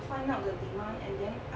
find out the demand and then